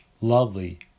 lovely